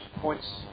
points